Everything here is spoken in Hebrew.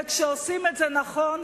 וכשעושים את זה נכון,